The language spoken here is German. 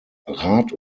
rat